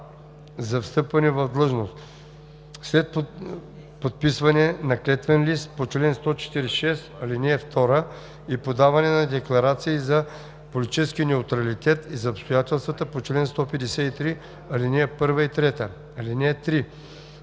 за встъпване в длъжност, след подписване на клетвен лист по чл. 146, ал. 2 и подаване на декларации за политически неутралитет и за обстоятелствата по чл. 153, ал. 1 и 3. (3)